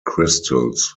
crystals